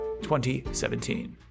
2017